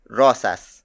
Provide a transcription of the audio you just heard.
rosas